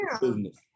business